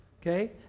okay